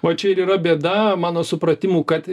va čia ir yra bėda mano supratimu kad